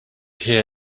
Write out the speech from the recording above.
hear